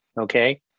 okay